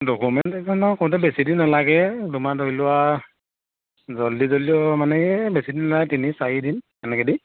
document এখন কৰোঁতে বেছিদিন নালাগে দুমাহ ধৰি লোৱা জলদি জলদিও মানে বেছিদিন নাই তিনি চাৰিদিন এনেকে দি